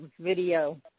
video